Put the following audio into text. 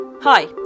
Hi